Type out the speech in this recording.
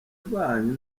banyu